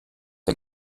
der